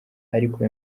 ariko